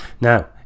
Now